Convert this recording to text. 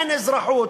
אין אזרחות,